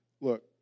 Look